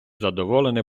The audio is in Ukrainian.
задоволене